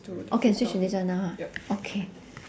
oh can switch to this one now ha okay